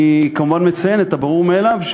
אני כמובן מציין את הברור מאליו,